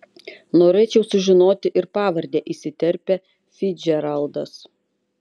norėčiau sužinoti ir pavardę įsiterpia ficdžeraldas